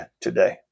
today